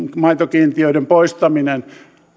maitokiintiöiden poistaminen